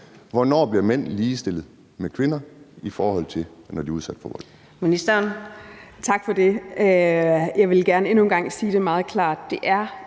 Hvornår bliver mænd ligestillet med kvinder, i forhold til når de er udsat for vold?